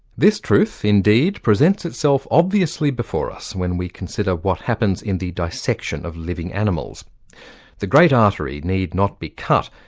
this truth, indeed, presents itself obviously before us when we consider what happens in the dissection of living animals the great artery need not be cut,